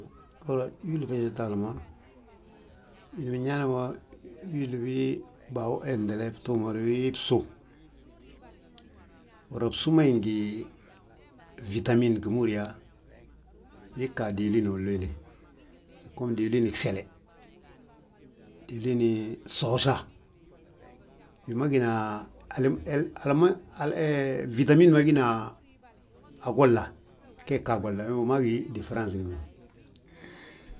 Hύra uwil fégetal ma, wini binyaana bo uwil wii ftuug ma dύ wii bsu. Hύra bsu ma yi ngi fitamin wi ma hύri yaa wii ggaade dilin wola wéle segom diilini gsele, diliin soosa. Wi ma gína fitamin ma gína a golla gee gga a golla wima gi difrans gí ma